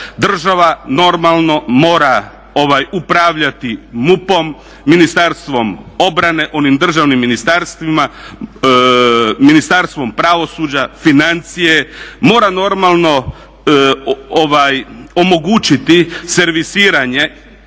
Država normalno mora upravljati MUP-om, Ministarstvom obrane, onim državnim ministarstvima, Ministarstvom pravosuđa, financije. Mora normalno omogućiti servisiranje,